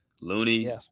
Looney